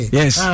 yes